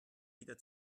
wieder